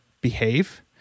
behave